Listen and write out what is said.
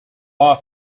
bar